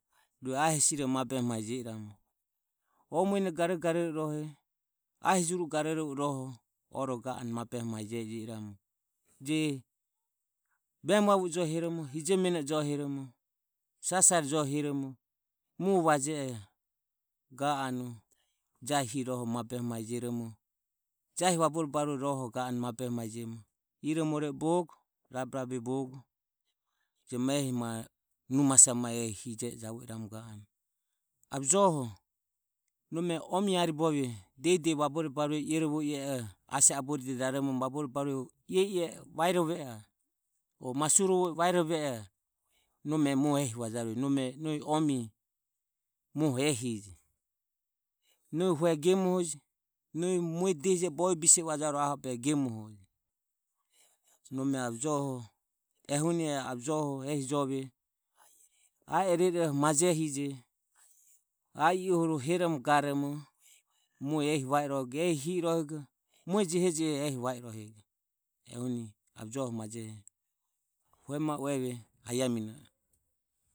Rue a hesi hi rohoho mabehe ma je i ramu o muene garore garore ahi jure garore garore ga anue mabehe mae jio i ramu je vemu vavu e jo heromo hijo mene jo heromo sasare jo heromo mue va je oho ga anue jahi hi roho mabehe mae jeromo jahi vabore barue hi rohoho ga anue mae behe jio i ramu iro morove bogo rabe rabe bogo je ma ehi numosa ma hije e javo iramu ave joho nome omie aribovie dehi dehi vabore barue irovo ie e oho o masurovo i e e oho nome muoho ehi vajarueje nohi omie muoho ehije nohi hue gemu nohi mue aho behe gemuje nome ave joho na ehi jove ie eroeroho majeheje ie ae huro heromo garomo mue ehi va i rohego mue jehojeho ehi va i rohego ehuni ave joho majehe hue mae ueve iae mino e.